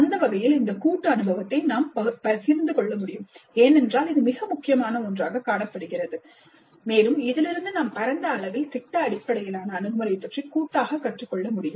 அந்த வகையில் இந்த கூட்டு அனுபவத்தை நாம் பகிர்ந்து கொள்ள முடியும் ஏனென்றால் இது மிக முக்கியமான ஒன்று காணப்படுகிறது மேலும் இதிலிருந்து நாம் பரந்த அளவில் திட்ட அடிப்படையிலான அணுகுமுறை பற்றி கூட்டாக கற்றுக்கொள்ள வேண்டும்